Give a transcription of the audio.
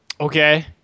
Okay